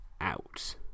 out